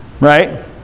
right